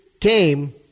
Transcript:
came